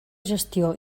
gestió